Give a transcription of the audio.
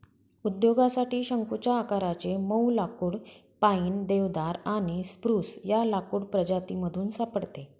उद्योगासाठी शंकुच्या आकाराचे मऊ लाकुड पाईन, देवदार आणि स्प्रूस या लाकूड प्रजातीमधून सापडते